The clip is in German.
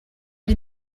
die